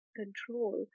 control